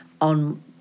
on